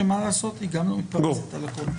שמה לעשות, היא לא מתפרסת על הכול.